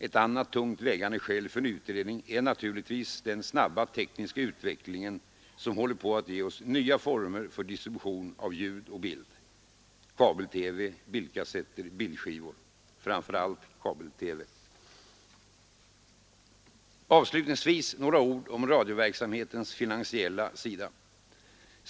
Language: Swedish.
Ett annat tungt vägande skäl för en utredning är naturligtvis den snabba tekniska utvecklingen som håller på att ge oss nya former för distribution av ljud och bild — kabel-TV, bildkassetter, bildskivor — framför allt kabel-TV. Avslutningsvis några ord om radioverksamhetens finansiella sida.